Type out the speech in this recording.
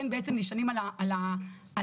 הפסיכיאטריה נשענים על המנגנון,